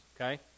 okay